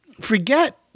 forget